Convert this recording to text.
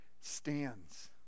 stands